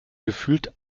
gefühlt